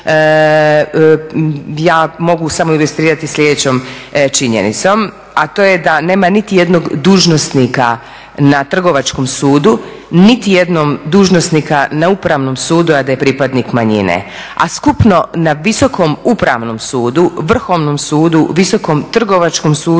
Ja mogu samo ilustrirati sljedećom činjenicom, a to je da nema nitijednog dužnosnika na Trgovačkom sudu, nitijednog dužnosnika na Upravnom sudu a da je pripadnik manjine. A skupno na Visokom upravnom sudu, Vrhovnom sudu, Visokom trgovačkom sudu